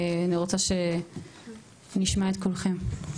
ואני רוצה שנשמע את כולכם.